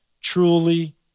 truly